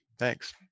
Thanks